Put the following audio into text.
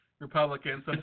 Republicans